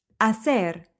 Hacer